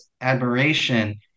admiration